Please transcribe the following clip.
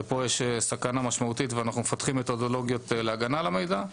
פה יש סכנה משמעותית ואנחנו מפתחים מתודולוגיות להגנה על המידע.